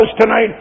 tonight